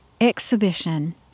exhibition